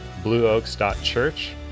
Blueoaks.church